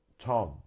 Tom